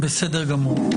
בסדר גמור.